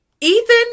Ethan